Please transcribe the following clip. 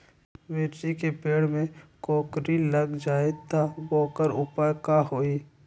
मिर्ची के पेड़ में कोकरी लग जाये त वोकर उपाय का होई?